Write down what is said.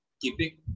keeping